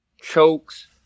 chokes